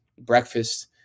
breakfast